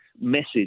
message